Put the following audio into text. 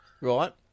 Right